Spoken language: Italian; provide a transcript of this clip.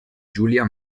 julia